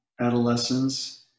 adolescence